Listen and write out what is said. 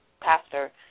pastor